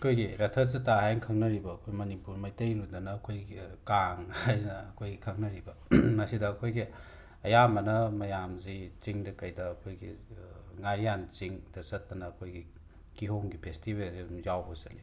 ꯑꯩꯈꯣꯏꯒꯤ ꯔꯊꯖꯇ꯭ꯔꯥ ꯍꯥꯏꯅ ꯈꯪꯅꯔꯤꯕ ꯑꯩꯈꯣꯏ ꯃꯅꯤꯄꯨꯔ ꯃꯩꯇꯩꯔꯣꯟꯗꯅ ꯑꯩꯈꯣꯏꯒꯤ ꯀꯥꯡ ꯍꯥꯏꯅ ꯑꯩꯈꯣꯏ ꯈꯪꯅꯔꯤꯕ ꯃꯁꯤꯗ ꯑꯩꯈꯣꯏꯒꯤ ꯑꯌꯥꯝꯕꯅ ꯃꯌꯥꯝꯁꯤ ꯆꯤꯡꯗ ꯀꯩꯗ ꯑꯩꯈꯣꯏꯒꯤ ꯉꯔꯤꯌꯥꯟ ꯆꯤꯡꯗ ꯆꯠꯇꯅ ꯑꯩꯈꯣꯏꯒꯤ ꯀꯤꯍꯣꯝꯒꯤ ꯐꯦꯁꯇꯤꯕꯦꯜꯁꯦ ꯑꯗꯨꯝ ꯌꯥꯎꯕ ꯆꯠꯂꯤ